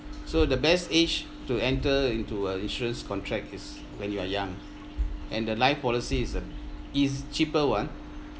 so the best age to enter into a insurance contract is when you are young and the life policy is uh is cheaper one